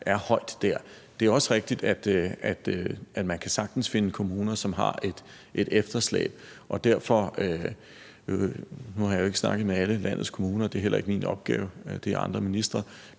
er højt der. Det er også rigtigt, at man sagtens kan finde kommuner, som har et efterslæb. Nu har jeg ikke snakket med alle landets kommuner, og det er heller ikke min opgave – det er andre ministres